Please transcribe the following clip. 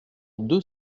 deux